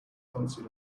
fancy